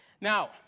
Now